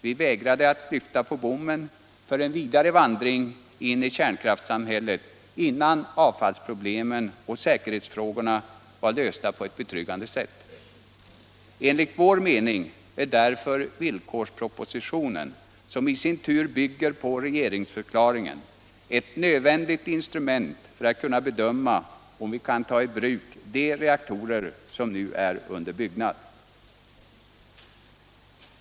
Vi vägrade att lyfta på bommen för en vidare vandring in i kärnkraftssamhället innan avfallsproblemen och säkerhetsfrågorna var lösta på ett betryggande sätt. Enligt vår mening är därför villkorspropositionen, som i sin tur bygger på regeringsförklaringen, ett nödvändigt instrument för att kunna bedöma om vi kan ta i bruk de reaktorer som nu är under byggnad.